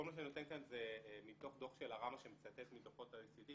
כל מה שאני נותן כאן זה מתוך דוח של הראמ"ה שמצטט מדוחות ה-OECD,